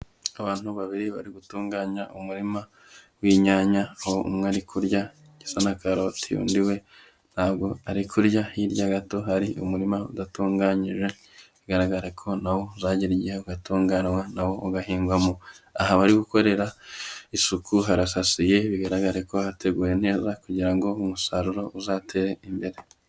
Abantu babiri bari gutunganya umurima w'inyanya, aho umwe ari kurya igisa na karoti, undi we ntabwo ari kurya, hirya gato hari umurima udatunganyije bigaragare ko na wo uzagera igihe ugatunganywa na wo ugahingwamo. Aha bari gukorera isuku harasasiye bigaragare ko hateguwe neza kugira ngo umusaruro uzatere imbere.